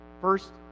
first